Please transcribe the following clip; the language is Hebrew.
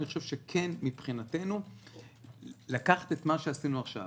אני חושב שמבחינתנו לקחת את מה שעשינו עכשיו,